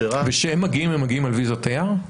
וכשהם מגיעים הם מגיעים על ויזת תייר?